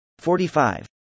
45